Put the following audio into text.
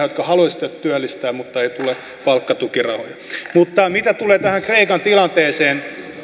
jotka haluaisivat työllistää mutta palkkatukirahoja ei tule mutta mitä tulee tähän kreikan tilanteeseen